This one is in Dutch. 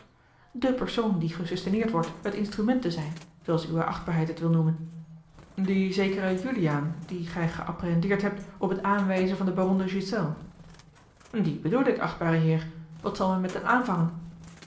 den persoon die gesusteneerd wordt het instrument te zijn zooals uwe achtbaarheid het wil noemen dien zekeren juliaan dien gij geapprehendeerd hebt op t aanwijzen van den baron de ghiselles dien bedoel ik achtbare heer wat zal men met hem aanvangen